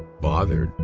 bothered.